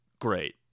Great